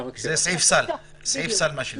זה סעיף סל, מה שנקרא.